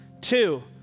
two